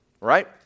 Right